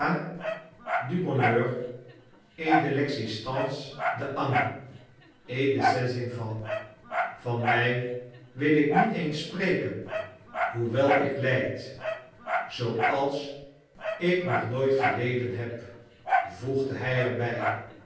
et de l'existence d'anne et de ses enfants van mij wil ik niet eens spreken hoewel ik lijd zooals ik nog nooit geleden heb voegde hij er